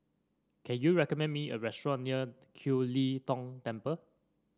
can you recommend me a restaurant near Kiew Lee Tong Temple